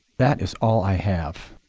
that is all i have.